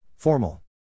Formal